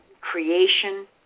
creation